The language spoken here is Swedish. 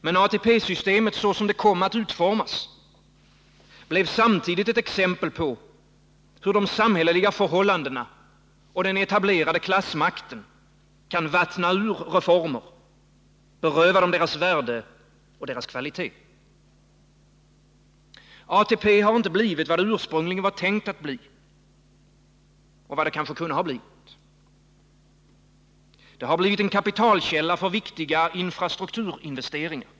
Men ATP-systemet såsom det kom att utformas blev samtidigt ett exempel på hur de samhälleliga förhållandena och den etablerade klassmakten kan vattna ur reformer, beröva dem deras värde och deras kvalitet. ATP har inte blivit vad den ursprungligen var tänkt att bli och vad den kanske kunde ha blivit. ATP har blivit en kapitalkälla för viktiga infrastrukturinvesteringar.